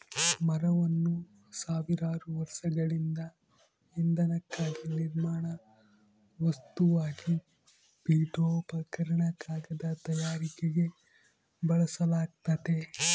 ಮರವನ್ನು ಸಾವಿರಾರು ವರ್ಷಗಳಿಂದ ಇಂಧನಕ್ಕಾಗಿ ನಿರ್ಮಾಣ ವಸ್ತುವಾಗಿ ಪೀಠೋಪಕರಣ ಕಾಗದ ತಯಾರಿಕೆಗೆ ಬಳಸಲಾಗ್ತತೆ